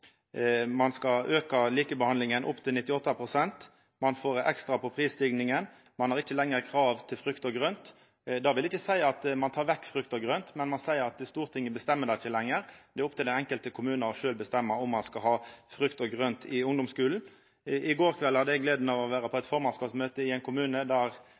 ein skal auka likebehandlingssatsen til 98 pst., ein får ekstra på prisstiginga, og ein har ikkje lenger krav på frukt og grønt. Det vil ikkje seia at ein tek vekk frukt og grønt, men ein seier at Stortinget bestemmer det ikkje lenger, det er opp til den enkelte kommunen sjølv å bestemma om ein skal ha frukt og grønt i ungdomsskulen. I går kveld hadde eg gleda av å vera på eit formannskapsmøte i ein kommune der